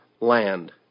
land